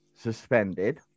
Suspended